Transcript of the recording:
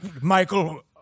Michael